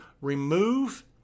remove